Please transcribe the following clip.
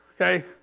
Okay